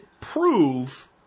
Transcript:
prove